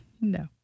No